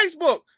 Facebook